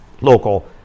local